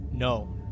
No